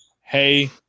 hey